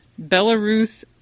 Belarus